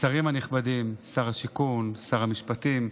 השרים הנכבדים, שר השיכון, שר המשפטים,